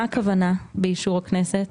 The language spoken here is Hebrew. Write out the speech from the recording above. מה הכוונה באישור הכנסת?